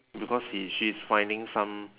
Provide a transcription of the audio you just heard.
because he she is finding some